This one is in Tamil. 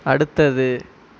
அடுத்தது